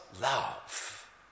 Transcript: love